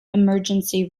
emergency